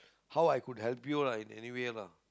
how I could help you ah in any way lah